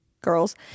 girls